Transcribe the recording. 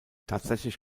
tatsächlich